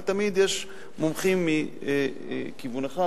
כי תמיד יש מומחים מכיוון אחד,